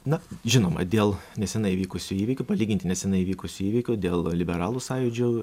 na žinoma dėl nesenai įvykusių įvykių palyginti nesenai įvykusių įvykių dėl liberalų sąjūdžio